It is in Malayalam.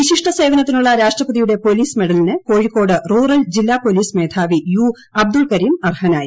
വിശിഷ്ട സേവനത്തിനുള്ള രാഷ്ട്രപതിയുടെ പൊലീസ് മെഡലിന് കോഴിക്കോട് റൂറൽ ജില്ലാ പൊലീസ് മേധാവി യു അബ്ദുൾ കരീം അർഹനായി